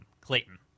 Clayton